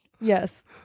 yes